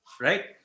Right